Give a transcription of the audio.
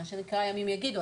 מה שנקרא, ימים יגידו.